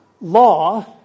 law